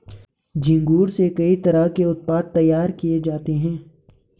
झींगुर से कई तरह के उत्पाद तैयार किये जाते है